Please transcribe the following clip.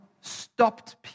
stopped